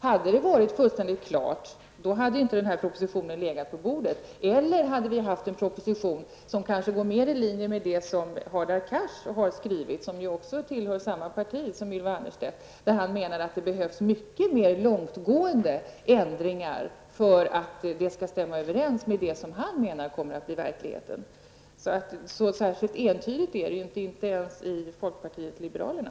Hade det varit fullkomligt klart hade propositionen inte legat på riksdagens bord, eller också hade vi haft en proposition som mer hade gått i linje med det som Hadar Cars har skrivit, och han tillhör ju samma parti som Ylva Annerstedt. Han menar att det behövs mycket mer långtgående ändringar för att det skall bli mer överensstämmelse med det som han menar kommer att bli verkligheten. Det är alltså inte så särskilt entydigt, inte ens i folkpartiet liberalerna.